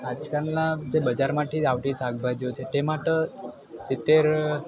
આજકાલના જે બજારમાંથી આવતી જે શાક્ભાજીઓ છે તેમાં તો સીત્તેર